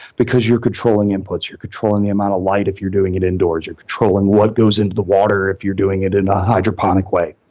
because you're controlling inputs, you're controlling the amount of light if you're doing it indoors or controlling what goes into the water if you're doing it in a hydroponic way.